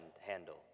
handle